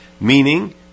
meaning